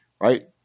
right